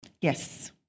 Yes